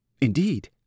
Indeed